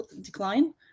decline